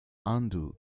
undo